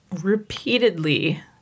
repeatedly